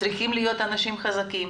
צריכים להיות אנשים חזקים,